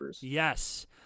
Yes